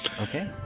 Okay